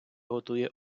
готує